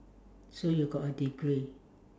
so you got a degree